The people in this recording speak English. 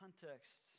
Contexts